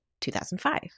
2005